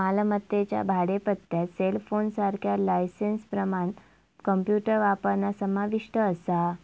मालमत्तेच्या भाडेपट्ट्यात सेलफोनसारख्या लायसेंसप्रमाण कॉम्प्युटर वापरणा समाविष्ट असा